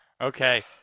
Okay